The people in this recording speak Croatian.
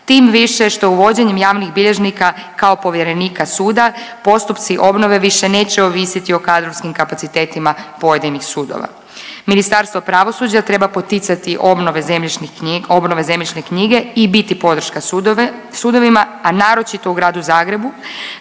tim više što uvođenjem javnih bilježnika kao povjerenika suda postupci obnove više neće ovisiti o kadrovskim kapacitetima pojedinih sudova. Ministarstvo pravosuđa treba poticati obnove zemljišne knjige i biti podrška sudovima, a naročito u Gradu Zagrebu